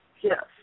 Yes